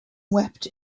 wept